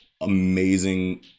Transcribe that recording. amazing